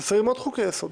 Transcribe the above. חסרים עוד חוקי יסוד,